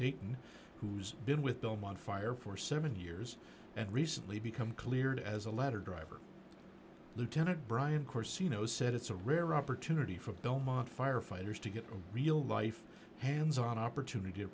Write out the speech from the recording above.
dayton who's been with belmont fire for seven years and recently become cleared as a letter driver lieutenant brian core senos said it's a rare opportunity for belmont firefighters to get a real life hands on opportunity to